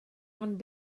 ond